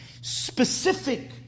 specific